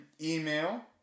Email